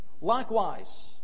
Likewise